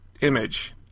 image